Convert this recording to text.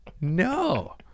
no